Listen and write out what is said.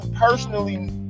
personally